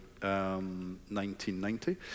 1990